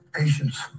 Patience